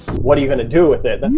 what are you gonna do with it? and